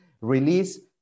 release